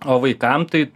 o vaikam tai